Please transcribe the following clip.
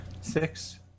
Six